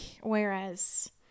Whereas